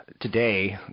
today